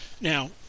Now